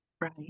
Right